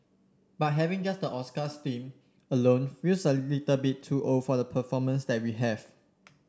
but having just the Oscars theme alone feels a little bit too old for the performers that we have